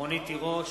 רונית תירוש,